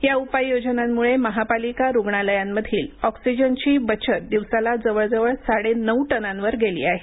या उपाययोजनांमुळे महापालिका रुग्णालयांमधील ऑक्सिजनची बचत दिवसाला जवळ साडे नऊ टनांवर गेली आहे